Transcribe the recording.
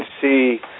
see